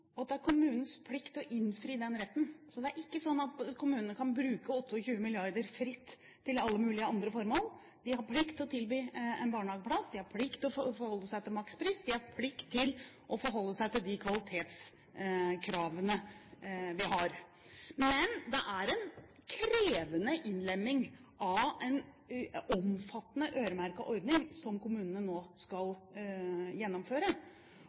og at det er kommunens plikt å innfri den retten. Det er ikke sånn at kommunene kan bruke 28 mrd. kr fritt til alle mulige andre formål. De har plikt til å tilby en barnehageplass, de har plikt til å forholde seg til makspris, de har plikt til å forholde seg til de kvalitetskravene vi har. Men det er en krevende innlemming av en omfattende, øremerket ordning som kommunene nå skal gjennomføre.